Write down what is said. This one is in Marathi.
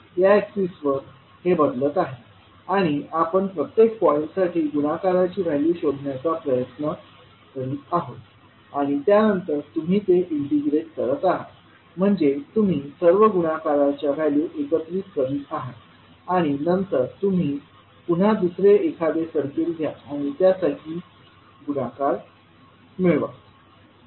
या एक्सिसवर हे बदलत आहे आणि आपण प्रत्येक पॉइंटसाठी गुणाकाराची व्हॅल्यू शोधण्याचा प्रयत्न करीत आहोत आणि त्यानंतर तुम्ही ते इंटिग्रेट करत आहात म्हणजे तुम्ही सर्व गुणाकारांच्या व्हॅल्यू एकत्रित करीत आहात आणि नंतर तुम्ही पुन्हा दुसरे एखादे सर्किट घ्या आणि त्यासाठी गुणाकार मिळवाल